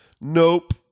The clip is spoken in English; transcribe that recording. Nope